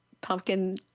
pumpkin